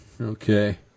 Okay